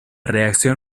reacción